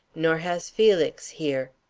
nor has felix here.